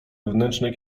wewnętrznej